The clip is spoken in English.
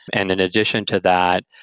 and in addition to that,